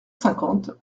cinquante